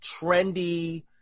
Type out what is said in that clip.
trendy